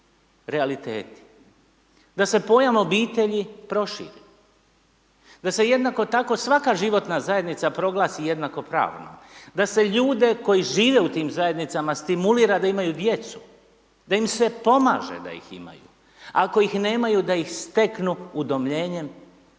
da se pojam obitelji proširi, da se jednako tako svaka životna zajednica proglasi jednakopravnom, da se ljude koji žive u tim zajednicama stimulira da imaju djecu, da se pomaže da ih imaju. Ako ih nemaju da ih steknu udomljenjem